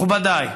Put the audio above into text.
מכובדיי,